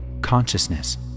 consciousness